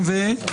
219-220. מה?